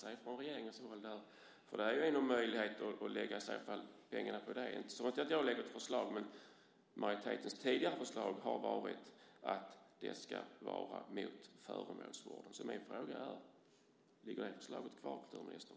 Har regeringen ändrat sig? Jag har inget eget förslag, men majoritetens tidigare förslag har varit att pengarna ska gå till föremålsvård. Min fråga är alltså: Ligger det förslaget kvar, kulturministern?